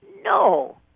No